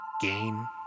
gain